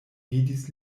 vidis